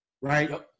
Right